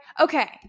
okay